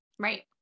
Right